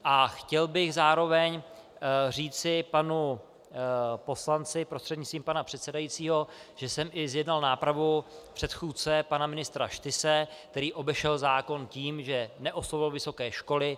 A chtěl bych zároveň říci panu poslanci prostřednictvím pana předsedajícího, že jsem i zjednal nápravu předchůdce pana ministra Štyse, který obešel zákon tím, že neoslovil vysoké školy.